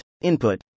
Input